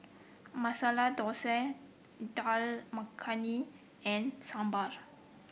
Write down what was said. Masala Dosa Dal Makhani and Sambar